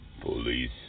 Police